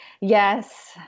Yes